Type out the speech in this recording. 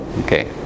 okay